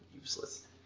Useless